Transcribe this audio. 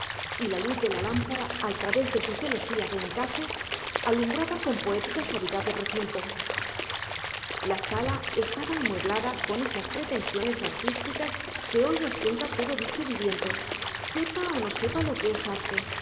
y la luz de la lámpara al través de su celosía de encaje alumbraba con poética suavidad el recinto la sala estaba amueblada con esas pretensiones artísticas que hoy ostenta todo bicho viviente sepa o no sepa lo que es arte